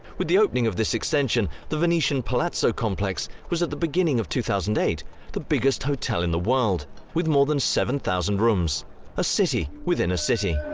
with the opening of this extension, the venetian palazzo complex was at the beginning of two thousand and eight the biggest hotel in the world, with more than seven thousand rooms a city within a city.